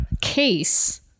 case